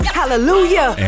hallelujah